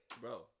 Bro